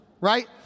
right